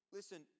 Listen